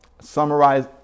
summarize